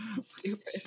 Stupid